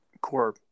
core